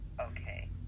Okay